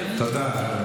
תודה.